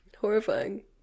Horrifying